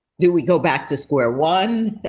do we go back to square one?